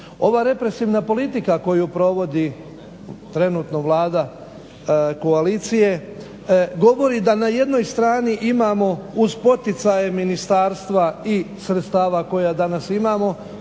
Ova represivna politika koju provodi trenutno Vlada koalicije govori da na jednoj strani imamo uz poticaje ministarstva i sredstava koja danas imamo